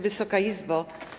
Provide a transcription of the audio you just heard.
Wysoka Izbo!